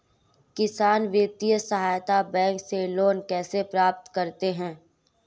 किसान वित्तीय सहायता बैंक से लोंन कैसे प्राप्त करते हैं?